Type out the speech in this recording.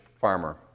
farmer